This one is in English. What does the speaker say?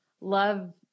love